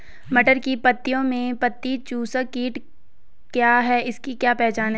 मटर की पत्तियों में पत्ती चूसक कीट क्या है इसकी क्या पहचान है?